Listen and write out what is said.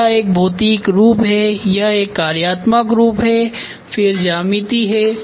फिर यह एक भौतिक रूप है यह एक कार्यात्मक रूप है फिर ज्यामिति है